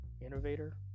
innovator